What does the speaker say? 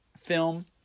film